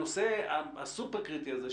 בנושא הסופר קריטי הזה,